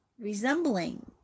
resembling